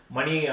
Money